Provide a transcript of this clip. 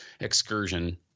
excursion